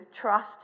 trust